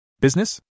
Business